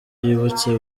yibutse